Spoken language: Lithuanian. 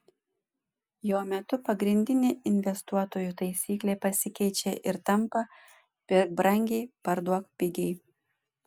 jo metu pagrindinė investuotojų taisyklė pasikeičia ir tampa pirk brangiai parduok pigiai